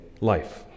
life